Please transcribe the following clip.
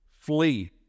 flee